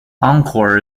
encore